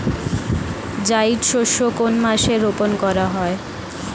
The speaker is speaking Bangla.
জায়িদ শস্য কোন মাসে রোপণ করা হয়?